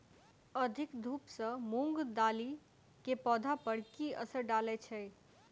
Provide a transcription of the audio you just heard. अधिक धूप सँ मूंग दालि केँ पौधा पर की असर डालय छै?